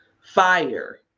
fire